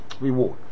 reward